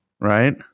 right